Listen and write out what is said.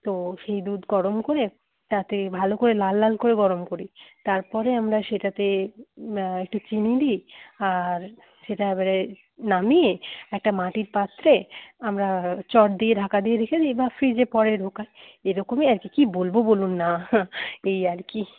তো সেই দুধ গরম করে তাতে ভালো করে লাল লাল করে গরম করি তারপরে আমরা সেটাতে একটু চিনি দিই আর সেটা এবারে নামিয়ে একটা মাটির পাত্রে আমরা চট দিয়ে ঢাকা দিয়ে রেখে দিই বা ফ্রিজে পরে ঢোকাই এরকমই আর কি কি বলব বলুন না এই আর কি